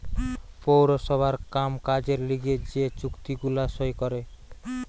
পৌরসভার কাম কাজের লিগে যে চুক্তি গুলা সই করে